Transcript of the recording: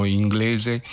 inglese